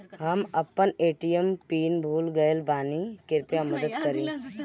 हम अपन ATM pin भूल गएल बानी, कृपया मदद करीं